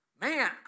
Man